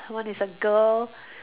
one is a girl